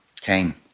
came